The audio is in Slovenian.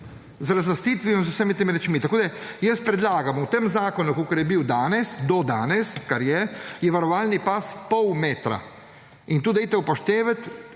z razlastitvijo in z vsemi temi rečmi. Tako predlagam v tem zakonu, kakor je bil do danes, kar je, je varovalni pas pol metra. In to dajte upoštevati,